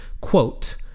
quote